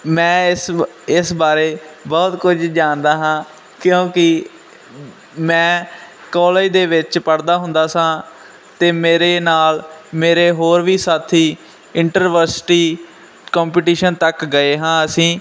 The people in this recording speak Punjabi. ਮੈਂ ਇਸ ਇਸ ਬਾਰੇ ਬਹੁਤ ਕੁਝ ਜਾਣਦਾ ਹਾਂ ਕਿਉਂਕਿ ਮੈਂ ਕਾਲਜ ਦੇ ਵਿੱਚ ਪੜ੍ਹਦਾ ਹੁੰਦਾ ਸਾਂ ਅਤੇ ਮੇਰੇ ਨਾਲ ਮੇਰੇ ਹੋਰ ਵੀ ਸਾਥੀ ਇੰਟਰਵਸਟੀ ਕੋਂਪੀਟੀਸ਼ਨ ਤੱਕ ਗਏ ਹਾਂ ਅਸੀਂ